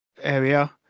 area